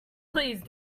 please